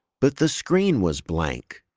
but the screen was blank.